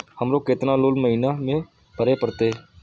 हमरो केतना लोन महीना में भरे परतें?